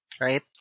right